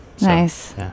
Nice